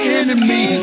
enemy